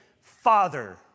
Father